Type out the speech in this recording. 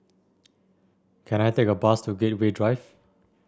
can I take a bus to Gateway Drive